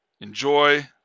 enjoy